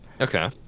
okay